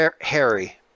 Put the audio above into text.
Harry